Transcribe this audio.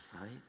right